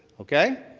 okay?